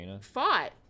fought